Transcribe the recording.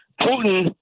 Putin